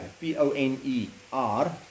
P-O-N-E-R